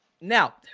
now